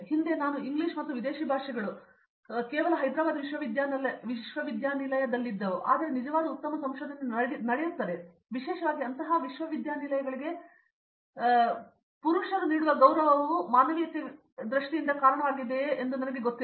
ಹಿಂದೆ ನಾನು ಇಂಗ್ಲಿಷ್ ಮತ್ತು ವಿದೇಶಿ ಭಾಷೆಗಳು ಮತ್ತು ಹೈದರಾಬಾದ್ ವಿಶ್ವವಿದ್ಯಾನಿಲಯದಲ್ಲಿದ್ದೆವು ಆದರೆ ನಿಜವಾದ ಉತ್ತಮ ಸಂಶೋಧನೆ ನಡೆಯುತ್ತದೆ ಆದರೆ ವಿಶೇಷವಾಗಿ ಅಂತಹ ವಿಶ್ವವಿದ್ಯಾನಿಲಯಗಳಿಗೆ ಪುರುಷರು ನೀಡುವ ಗೌರವವು ಮಾನವೀಯತೆಗಳಿಗೆ ಕಾರಣವಾಗಿದೆ ಎಂದು ನನಗೆ ಗೊತ್ತಿಲ್ಲ